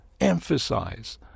emphasize